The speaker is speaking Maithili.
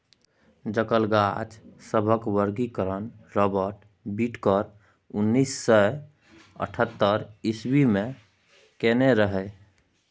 जलक गाछ सभक वर्गीकरण राबर्ट बिटकर उन्नैस सय अठहत्तर इस्वी मे केने रहय